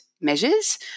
measures